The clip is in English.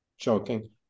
joking